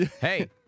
Hey